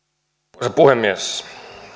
arvoisa puhemies